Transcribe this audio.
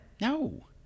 No